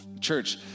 church